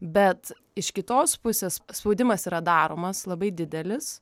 bet iš kitos pusės spaudimas yra daromas labai didelis